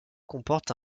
comporte